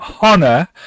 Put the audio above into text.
honor